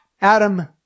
Adam